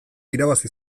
irabazi